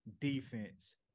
defense